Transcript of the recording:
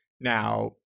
now